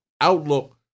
outlook